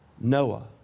Noah